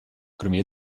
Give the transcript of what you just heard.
кроме